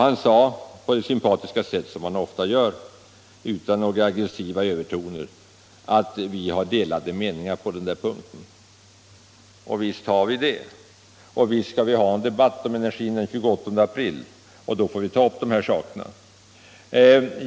Han sade — på det sympatiska sätt som han ofta uttrycker sig på, utan några aggressiva övertoner — att vi har delade meningar på den punkten. Visst har vi det och visst skall vi ha en debatt om energin den 28 april. Då får vi ta upp de här sakerna.